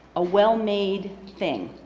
a well-made thing,